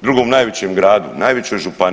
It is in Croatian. drugom najvećem gradu, najvećoj županiji.